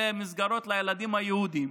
אלה הן מסגרות לילדים היהודים,